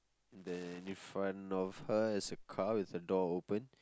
then in front of her is a car with a door open